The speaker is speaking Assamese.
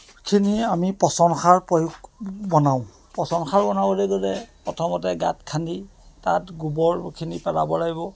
খিনিয়ে আমি পচন সাৰ প্ৰয়োগ বনাওঁ পচন সাৰ বনাবলৈ গ'লে প্ৰথমতে গাঁত খান্দি তাত গোবৰখিনি পেলাব লাগিব